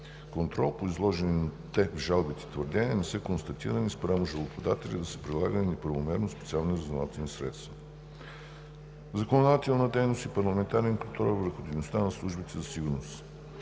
контрол по изложените в жалбите твърдения не са констатирани спрямо жалбоподателите да са прилагани неправомерно специални разузнавателни средства. Законодателна дейност и парламентарен контрол върху дейността на службите за сигурност.